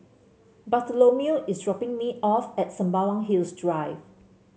Bartholomew is dropping me off at Sembawang Hills Drive